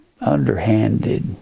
underhanded